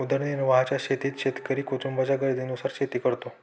उदरनिर्वाहाच्या शेतीत शेतकरी कुटुंबाच्या गरजेनुसार शेती करतो